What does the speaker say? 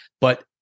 but-